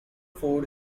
food